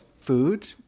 food